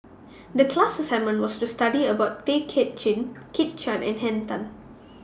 The class assignment was to study about Tay Kay Chin Kit Chan and Henn Tan